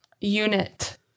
unit